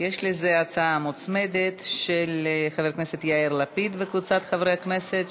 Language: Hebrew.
יש לה הצעה מוצמדת של חבר הכנסת יאיר לפיד וקבוצת חברי הכנסת,